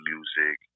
Music